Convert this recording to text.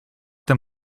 them